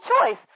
choice